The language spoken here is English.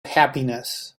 happiness